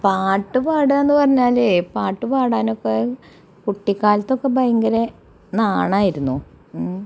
പാട്ട് പാടുക എന്ന് പറഞ്ഞാലെ പാട്ട് പാടാനൊക്കെ കുട്ടിക്കാലത്തൊക്കെ ഭയങ്കര നാണമായിരുന്നു